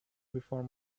before